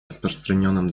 распространенном